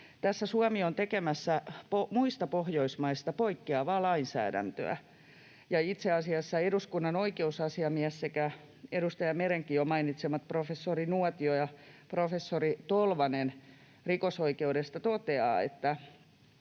Suomi on tekemässä muista Pohjoismaista poikkeavaa lainsäädäntöä. Ja itse asiassa eduskunnan oikeusasiamies sekä edustaja Merenkin jo mainitsemat professori Nuotio ja professori Tolvanen rikosoikeudesta toteavat, että